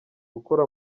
gukora